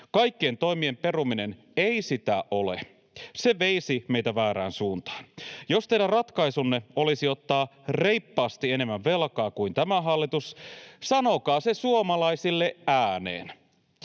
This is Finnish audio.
Kaikkien toimien peruminen ei sitä ole. Se veisi meitä väärään suuntaan. Jos teidän ratkaisunne olisi ottaa reippaasti enemmän velkaa kuin tämä hallitus, sanokaa se suomalaisille ääneen.